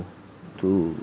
to